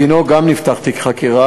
גם בגינו נפתח תיק חקירה.